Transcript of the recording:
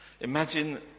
Imagine